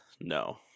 no